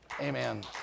Amen